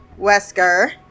Wesker